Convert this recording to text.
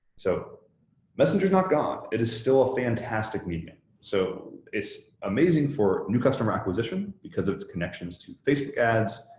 so messenger's not gone, it is still a fantastic medium. so it's amazing for new customer acquisition because its connections to facebook ads,